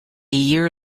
year